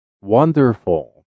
wonderful